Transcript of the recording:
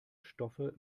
stoffe